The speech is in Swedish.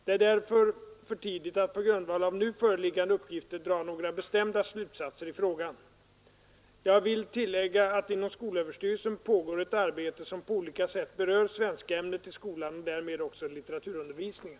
Det är därför för tidigt att på grundval av nu föreliggande uppgifter dra några bestämda slutsatser i frågan. Jag vill tillägga att inom skolöverstyrelsen pågår ett arbete som på olika sätt berör svenskämnet i skolan och därmed också litteraturundervisningen.